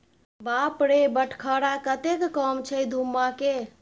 बाप रे बटखरा कतेक कम छै धुम्माके